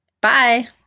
Bye